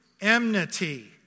enmity